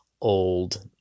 old